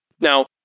Now